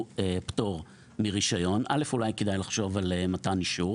פטור מרישיון אולי כדאי לחשוב על מתן אישור,